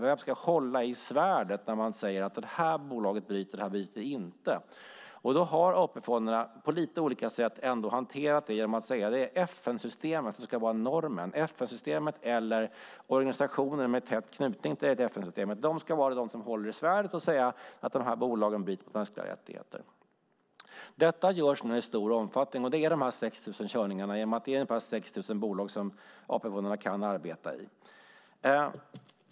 Vem ska hålla i svärdet när man säger att det här bolaget bryter mot mänskliga rättigheter men det där bolaget bryter inte mot mänskliga rättigheter. AP-fonderna har, på lite olika sätt, hanterat detta genom att säga att det är FN-systemet eller organisationer med tät anknytning till FN-systemet som ska vara normsättande. De ska hålla i svärdet och säga att dessa bolag bryter mot mänskliga rättigheter. Detta sker i stor omfattning. Det är fråga om de 6 000 datorkörningarna. Det är ungefär 6 000 bolag som AP-fonderna kan arbeta i.